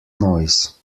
noise